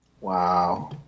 Wow